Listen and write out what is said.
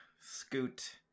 Scoot